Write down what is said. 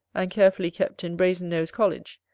and carefully kept, in brazen-nose college,